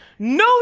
no